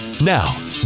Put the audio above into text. Now